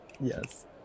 Yes